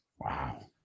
Wow